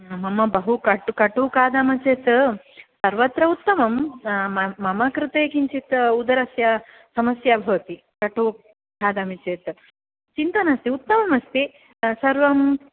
मम बहु कटु कटु खादामि चेत् सर्वत्र उत्तमं मम कृते किञ्चित् उदरस्य समस्या भवति कटु खादामि चेत् चिन्ता नास्ति उत्तमम् अस्ति सर्वम्